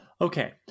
Okay